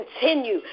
continue